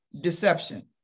deception